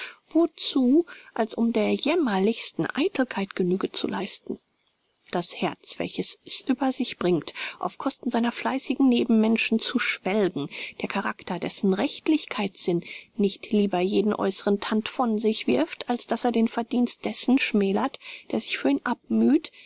wozu als um der jämmerlichsten eitelkeit genüge zu leisten das herz welches es über sich bringt auf kosten seiner fleißigen nebenmenschen zu schwelgen der charakter dessen rechtlichkeitssinn nicht lieber jeden äußeren tand von sich wirft als daß er den verdienst dessen schmälert der sich für ihn abmüht